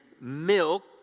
milk